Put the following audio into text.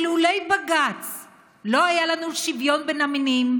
שלולא בג"ץ לא היה לנו שוויון בין המינים,